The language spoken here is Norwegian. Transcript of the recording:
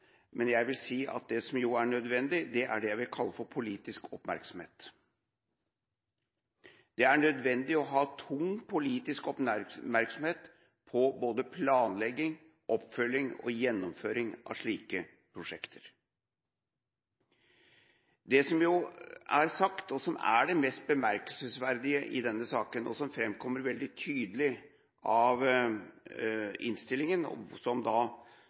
men jeg vil si at det som er nødvendig, er det jeg vil kalle for politisk oppmerksomhet. Det er nødvendig å ha tung politisk oppmerksomhet rundt både planlegging, oppfølging og gjennomføring av slike prosjekter. Det som er sagt, og som er det mest bemerkelsesverdige i denne saken, og som framkommer veldig tydelig av innstillingen – som